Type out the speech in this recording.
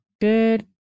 Good